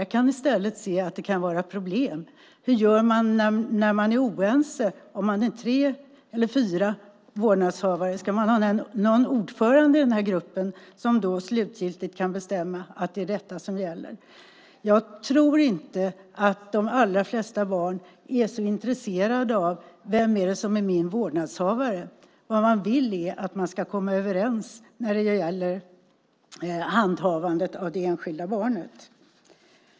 Jag kan i stället se att det kan vara problem. Hur gör man när man är oense om man är tre eller fyra vårdnadshavare? Ska man ha en ordförande i gruppen som slutgiltigt kan bestämma att det är detta som gäller? Jag tror inte att de allra flesta barn är så intresserade av vem det är som är deras vårdnadshavare. Det man vill är att vårdnadshavarna ska komma överens när det gäller handhavandet av det enskilda barnet.